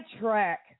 track